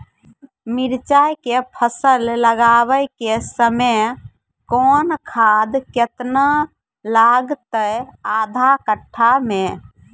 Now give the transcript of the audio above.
मिरचाय के फसल लगाबै के समय कौन खाद केतना लागतै आधा कट्ठा मे?